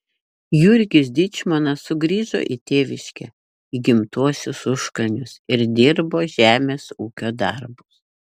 jurgis dyčmonas sugrįžo į tėviškę į gimtuosius užkalnius ir dirbo žemės ūkio darbus